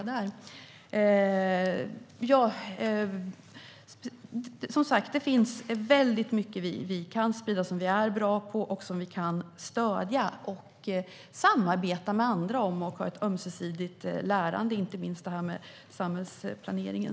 Det finns alltså mycket som vi är bra på och som vi kan stödja, sprida och samarbeta med andra om. Vi kan ha ett ömsesidigt lärande, inte minst i fråga om samhällsplaneringen.